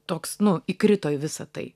toks nu įkrito į visa tai